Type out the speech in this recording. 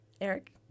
Eric